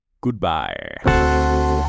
Goodbye